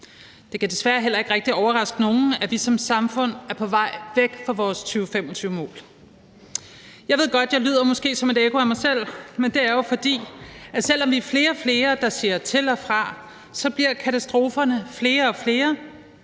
Det kan desværre heller ikke rigtig overraske nogen, at vi som samfund er på vej væk fra vores 2025-mål. Jeg ved godt, at jeg måske lyder som et ekko af mig selv, men det er jo, fordi – selv om vi er flere og flere, der siger til og fra – katastroferne bliver flere